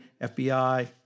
FBI